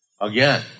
Again